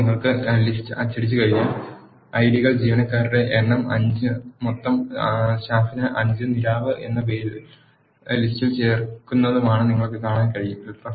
ഇപ്പോൾ നിങ്ങൾ ലിസ്റ്റ് അച്ചടിച്ചുകഴിഞ്ഞാൽ ഐഡികൾ ജീവനക്കാരുടെ എണ്ണം 5 ഉം മൊത്തം സ്റ്റാഫിന് 5 ഉം നിരാവ് എന്ന പേര് ലിസ്റ്റ് യിൽ ചേർക്കുന്നതുമാണെന്ന് നിങ്ങൾക്ക് കാണാൻ കഴിയും